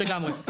לגמרי.